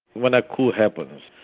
when a coup happens,